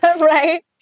right